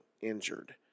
injured